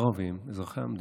ערבים אזרחי המדינה,